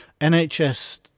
NHS